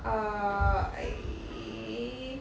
err eh